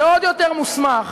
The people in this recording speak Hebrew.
לעוד יותר מוסמך,